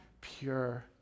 pure